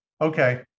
Okay